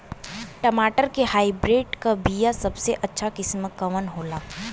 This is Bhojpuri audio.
टमाटर के हाइब्रिड क बीया सबसे अच्छा किस्म कवन होला?